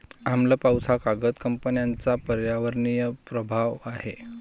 आम्ल पाऊस हा कागद कंपन्यांचा पर्यावरणीय प्रभाव आहे